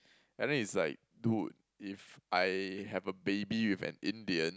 and then is like dude if I have a baby with an Indian